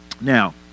now